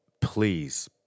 please